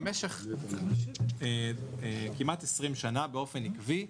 במשך כמעט 20 שנה באופן עקבי,